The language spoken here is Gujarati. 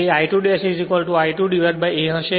તે I2 ' I2 a હશે